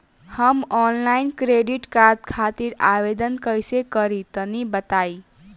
हम online credit card खातिर आवेदन कइसे करि तनि बताई?